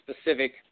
specific